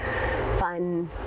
fun